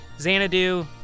Xanadu